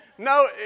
No